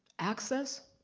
access.